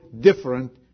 different